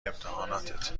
امتحاناتت